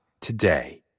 today